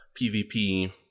pvp